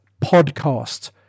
PODCAST